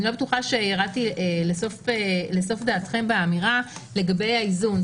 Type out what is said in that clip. אני לא בטוחה שירדתי לסוף דעתכם באמירה לגבי האיזון.